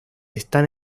están